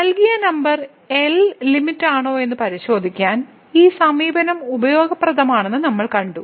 നൽകിയ number L ലിമിറ്റാണോയെന്ന് പരിശോധിക്കാൻ ഈ സമീപനം ഉപയോഗപ്രദമാണെന്ന് നമ്മൾ കണ്ടു